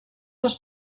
les